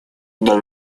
для